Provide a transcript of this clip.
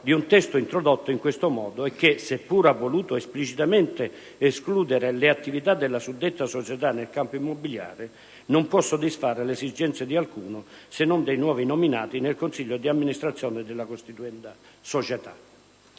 di un testo introdotto in questo modo e che, seppur ha voluto esplicitamente escludere le attività della suddetta società nel campo immobiliare, non può soddisfare le esigenze di alcuno, se non dei nuovi nominati nel consiglio d'amministrazione della costituenda società.